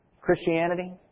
Christianity